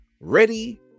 ready